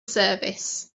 service